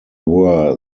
were